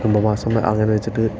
കുംഭമാസം അങ്ങനെ വച്ചിട്ട്